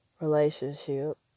relationship